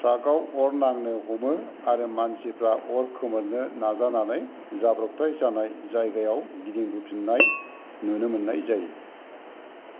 ट्राकआव अर नांनो हमो आरो मानसिफ्रा अर खोमोरनो नाजानानै जाब्रबथाइ जानाय जायगायाव गिदिंबोफिननाय नुनो मोननाय जायो